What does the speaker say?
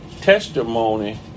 testimony